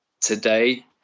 today